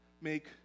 make